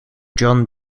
john